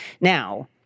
Now